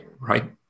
right